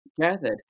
gathered